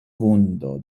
vundo